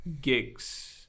gigs